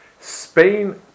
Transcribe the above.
Spain